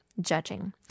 judging